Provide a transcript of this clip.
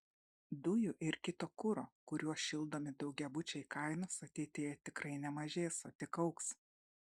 dujų ir kito kuro kuriuo šildomi daugiabučiai kainos ateityje tikrai nemažės o tik augs